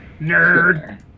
Nerd